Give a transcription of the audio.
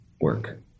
work